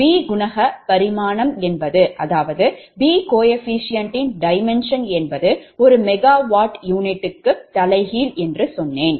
B குணக பரிமாணம் என்பது ஒரு மெகாவாட் யூனிட்டுக்கு தலைகீழ் என்று சொன்னேன்